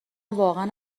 واقعا